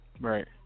Right